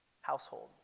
household